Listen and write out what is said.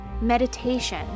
meditation